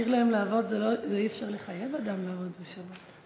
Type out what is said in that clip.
להתיר להם לעבוד, אי-אפשר לחייב אדם לעבוד בשבת.